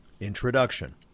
Introduction